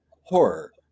horror